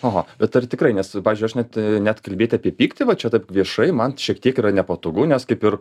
oho bet ar tikrai nes pavyzdžiui aš net net kalbėti apie pyktį va čia taip viešai man šiek tiek yra nepatogu nes kaip ir